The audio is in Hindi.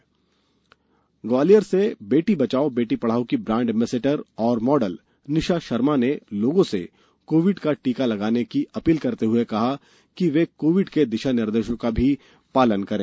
जन आंदोलन ग्वालियर से बेटी बचाओ बेटी पढ़ाओ की ब्रांड एम्बेसडर और मॉडल निशा शर्मा ने लोगों से कोविड का टीका लगवाने की अपील करते हुए कहा है कि वे कोविड के दिशा निर्देशों का भी पालन करें